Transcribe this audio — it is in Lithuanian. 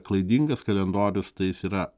klaidingas kalendorius tai jis yra